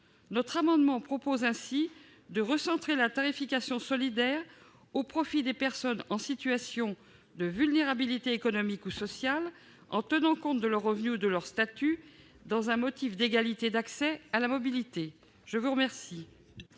L'amendement vise à recentrer la tarification solidaire au profit des personnes en situation de vulnérabilité économique ou sociale, en tenant compte de leur revenu ou de leur statut, dans un motif d'égalité d'accès à la mobilité. Quel